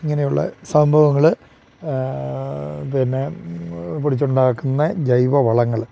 ഇങ്ങനെയുള്ള സംഭവങ്ങൾ പിന്നെ പൊടിച്ചുണ്ടാക്കുന്ന ജൈവ വളങ്ങൾ